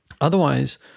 otherwise